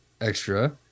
extra